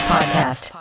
Podcast